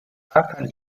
kann